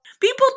People